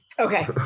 Okay